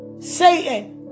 Satan